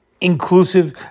inclusive